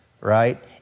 right